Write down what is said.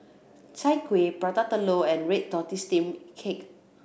Chai Kuih Prata Telur and red tortoise steamed cake